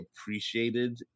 appreciated